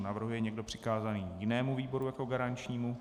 Navrhuje někdo přikázání jinému výboru jako garančnímu?